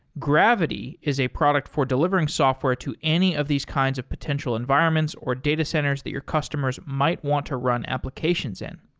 gravity is a product for delivering software to any of these kinds of potential environments or data centers that your customers might want to run applications in.